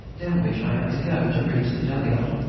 down which i had to go to reach the dug-out.